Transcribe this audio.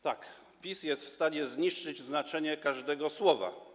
Tak, PiS jest w stanie zniszczyć znaczenie każdego słowa.